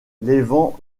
vents